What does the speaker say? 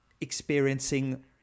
experiencing